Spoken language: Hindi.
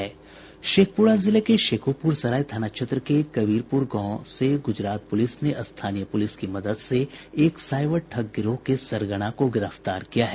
शेखपुरा जिले के शेखोपुर सराय थाना क्षेत्र के कबीरपुर गांव से गुजरात पुलिस ने स्थानीय पुलिस की मदद से एक साईबर ठग गिरोह के सरगना को गिरफ्तार किया है